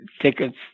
tickets